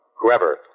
whoever